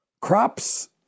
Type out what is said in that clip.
crops